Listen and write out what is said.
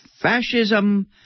fascism